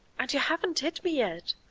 and you haven't hid me yet!